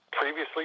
previously